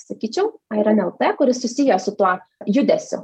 sakyčiau airan lt kuris susijęs su tuo judesiu